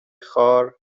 خار